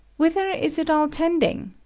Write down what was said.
whither is it all tending?